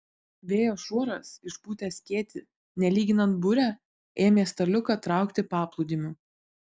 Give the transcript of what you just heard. vėjo šuoras išpūtęs skėtį nelyginant burę ėmė staliuką traukti paplūdimiu